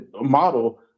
model